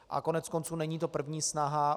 A koneckonců není to první snaha.